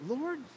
Lord